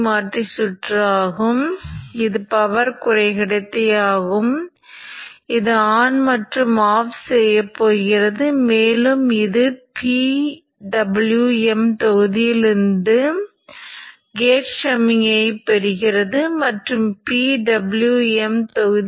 நாம் பார்க்கும் இவை முக்கியமான அலைவடிவங்கள் மற்றும் அவை சாதனங்களை எவ்வாறு மதிப்பிடுவது மற்றும் கூறுகளைத் தேர்ந்தெடுப்பது பற்றிய எண்ணத்தை வழங்கும்